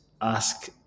ask